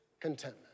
contentment